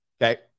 Okay